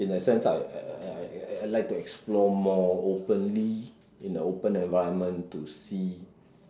in a sense I I I like to explore more openly in the open environment to see